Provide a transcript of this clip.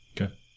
Okay